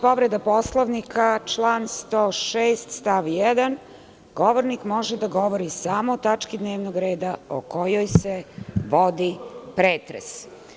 Povreda Poslovnika, član 106. stav 1. – govornik može da govori samo o tački dnevnog reda o kojoj se vodi pretres.